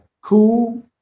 Cool